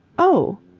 oh,